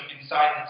inside